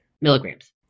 Milligrams